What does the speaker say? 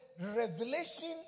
revelation